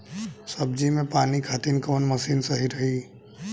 सब्जी में पानी खातिन कवन मशीन सही रही?